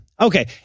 okay